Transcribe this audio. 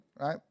right